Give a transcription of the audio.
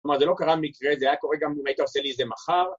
‫כלומר, זה לא קרה מקרה, ‫זה היה קורה גם אם היית עושה לי את זה מחר.